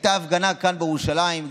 הייתה הפגנה כאן בירושלים,